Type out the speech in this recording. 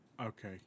Okay